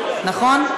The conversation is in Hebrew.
נכון?